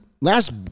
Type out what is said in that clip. last